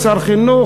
שר חינוך,